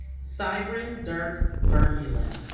sybrand dirk vermeulen